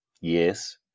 Yes